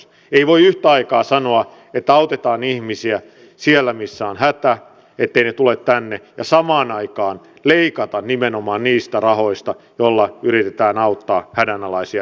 ei voi yhtä aikaa sanoa että autetaan ihmisiä siellä missä on hätä etteivät he tule tänne ja samaan aikaan leikata nimenomaan niistä rahoista joilla yritetään auttaa hädänalaisia ihmisiä